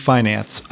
Finance